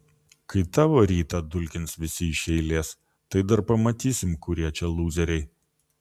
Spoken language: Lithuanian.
kai tavo rytą dulkins visi iš eilės tai dar pamatysim kurie čia lūzeriai